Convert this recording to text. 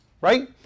Right